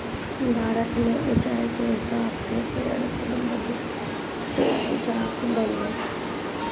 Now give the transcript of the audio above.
भारत में उच्चाई के हिसाब से पेड़ कुल बदलत जात बाने